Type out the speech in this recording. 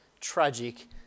tragic